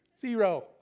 Zero